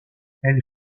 elle